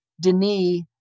Denis